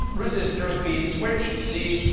resistor, b, switch, c,